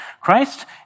Christ